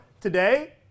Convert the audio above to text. today